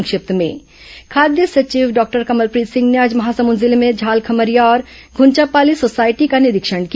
संक्षिप्त समाचार खाद्य सचिव डॉक्टर कमलप्रीत सिंह ने आज महासमुद जिले में झालखम्हरिया और घ्रंचापाली सोसायटी का निरीक्षण किया